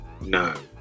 No